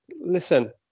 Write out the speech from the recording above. listen